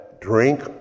Drink